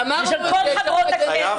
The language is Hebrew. על הכבוד שלך ועל כבוד כל חברות הכנסת,